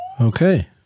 Okay